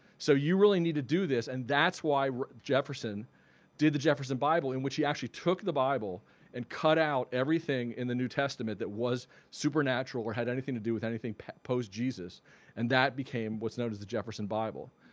so you really need to do this and that's why jefferson did the jefferson bible in which he actually took the bible and cut out everything in the new testament that was supernatural or had anything to do with anything post-jesus and that became what's known as the jefferson bible.